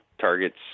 targets